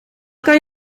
kan